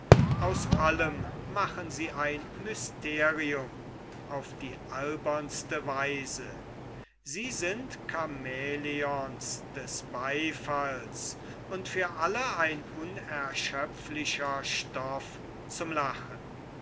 aus allem machen sie ein mysterium auf die albernste weise sie sind kamäleone des beifalls und für alle ein unerschöpflicher stoff zum lachen